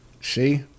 See